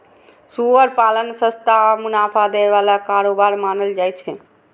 सुअर पालन सस्ता आ मुनाफा दै बला कारोबार मानल जाइ छै